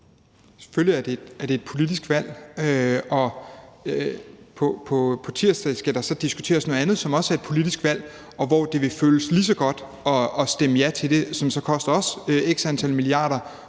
Selvfølgelig er det et politisk valg. Og på tirsdag skal der så diskuteres noget andet, som også er et politisk valg, og hvor det vil føles lige så godt at stemme ja til det, som så også koster x antal milliarder.